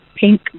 pink